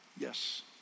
Yes